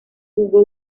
jugó